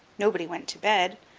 nobody went to bed,